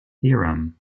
theorem